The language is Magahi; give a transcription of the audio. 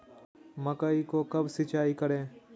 मकई को कब सिंचाई करे?